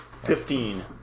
Fifteen